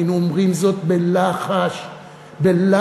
היינו אומרים זאת בלחש בלחש.